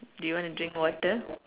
do you want to drink water